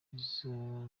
izo